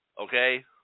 Okay